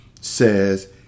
says